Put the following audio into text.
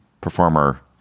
performer